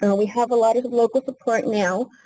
and we have a lot of local support now.